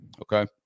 Okay